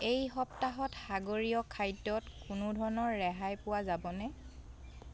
এই সপ্তাহত সাগৰীয় খাদ্যত কোনো ধৰণৰ ৰেহাই পোৱা যাব নে